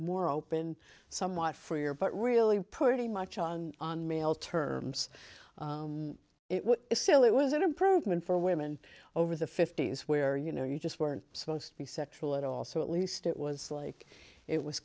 more open somewhat for your but really putting much on on male terms it is still it was an improvement for women over the fifty's where you know you just weren't supposed to be sexual at all so at least it was like it was